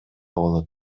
болот